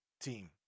team